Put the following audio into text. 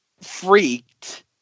freaked